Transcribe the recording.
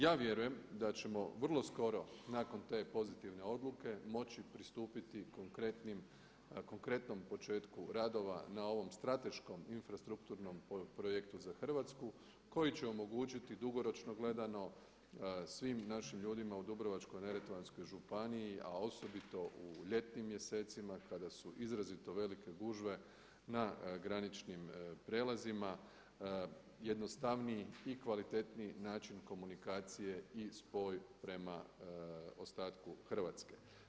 Ja vjerujem da ćemo vrlo skoro nakon te pozitivne odluke moći pristupiti konkretnom početku radova na ovom strateškom infrastrukture projektu za Hrvatsku koji će omogućiti dugoročno gledano svim našim ljudima u Dubrovačko-neretvanskoj županiji, a osobito u ljetnim mjesecima kada su izrazito velike gužve na graničnim prijelazima, jednostavniji i kvalitetniji način komunikacije i spoj prema ostatku Hrvatske.